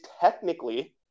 technically